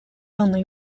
only